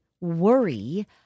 worry